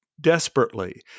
desperately